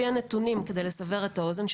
כדי לסבר את האוזן,